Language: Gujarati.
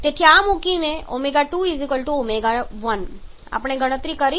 01206 kgkg of dry air તેથી આ મૂકીને ω2 ω1 આપણે ગણતરી કરી છે